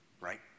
right